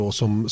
som